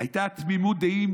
הייתה תמימות דעים